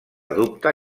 dubte